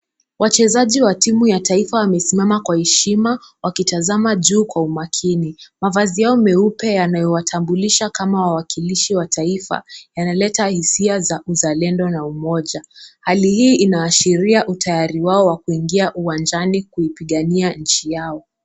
Wachezaji wa timu ya taifa wamesimama kwa heshima wakitazama juu kwa umakini. Mavazi yao meupe yanayowatambulisha kama wawakilishi wa taifa yanaleta hisia za uzalendo na umoja. Hali hii inaashiria utayari wao wa kuingia uwanjani kuipigania nchi yao.